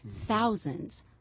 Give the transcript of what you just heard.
Thousands